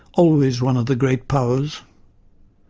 always one of the great powers'.